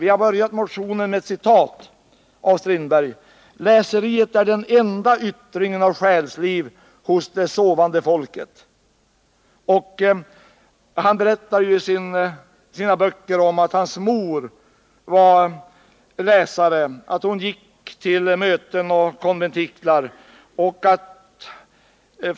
Vi har inlett motionen med ett citat av Strindberg: ”Läseriet är den enda yttringen av själsliv hos det sovande folket.” August Strindberg berättar i sina böcker att hans mor var läserska. Hon gick till möten och konventiklar.